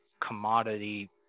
commodity